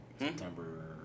September